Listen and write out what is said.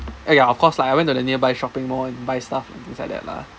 eh ya of course lah I went to the nearby shopping mall and buy stuff and things like that lah